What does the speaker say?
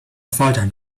发展